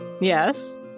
Yes